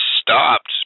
stopped